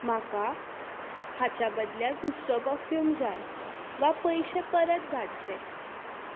म्हाका हाच्या बदल्याक दुसरो पर्फ्यूम जाय वा पयशे परत धाडचे